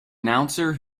announcer